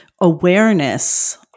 awareness